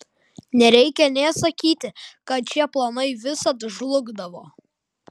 nereikia nė sakyti kad šie planai visad žlugdavo